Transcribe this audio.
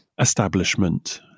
establishment